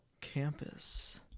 campus